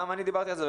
גם אני דיברתי על זה,